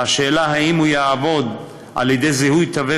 והשאלה אם הוא יעבוד על-ידי זיהוי תווי